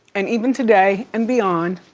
and even today and beyond,